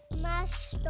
Smash